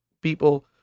people